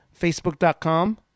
Facebook.com